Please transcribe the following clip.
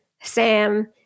Sam